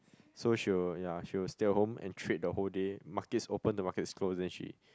so she will ya she will stay at home and trade the whole day markets open the markets close then she